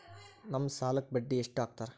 ನಮ್ ಸಾಲಕ್ ಬಡ್ಡಿ ಎಷ್ಟು ಹಾಕ್ತಾರ?